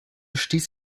stieß